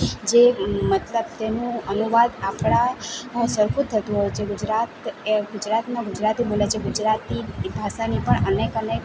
જે મતલબ તેનું અનુવાદ આપણા માં સરખું જ થતું હોય છે ગુજરાત એ ગુજરાતમાં ગુજરાતી બોલે છે ગુજરાતી ભાષાની પણ અનેક અનેક